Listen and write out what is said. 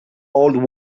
old